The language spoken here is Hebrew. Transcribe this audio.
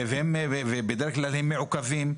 ובדרך כלל הם מעוכבים,